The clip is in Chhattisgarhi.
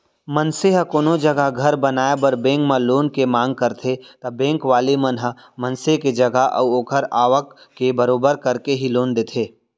मनसे ह कोनो जघा घर बनाए बर बेंक म लोन के मांग करथे ता बेंक वाले मन ह मनसे के जगा अऊ ओखर आवक के बरोबर करके ही लोन देथे